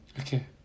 Okay